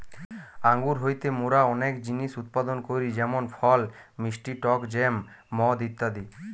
আঙ্গুর হইতে মোরা অনেক জিনিস উৎপাদন করি যেমন ফল, মিষ্টি টক জ্যাম, মদ ইত্যাদি